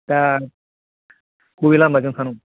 दा बबे लामाजों थांनांगौ